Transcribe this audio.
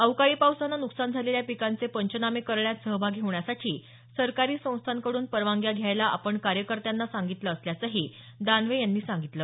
अवकाळी पावसानं नुकसान झालेल्या पिकांचे पंचनामे करण्यात सहभागी होण्यासाठी सरकारी संस्थाकडून परवानग्या घ्यायला आपण कार्यकर्त्यांना सांगितलं असल्याचंही दानवे यांनी सांगितलं